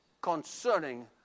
concerning